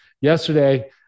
yesterday